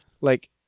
Like-